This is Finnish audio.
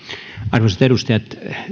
arvoisat